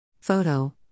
Photo